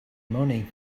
money